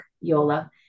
Yola